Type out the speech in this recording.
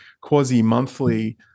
quasi-monthly